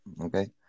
Okay